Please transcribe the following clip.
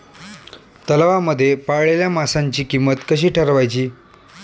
तलावांमध्ये पाळलेल्या माशांची किंमत कशी ठरवायची?